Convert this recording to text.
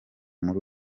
muri